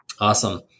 awesome